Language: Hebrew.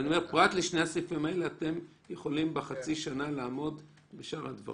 ופרטי הזיהוי ושמירתםוהדיווח הנדרשים